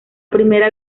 primera